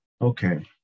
okay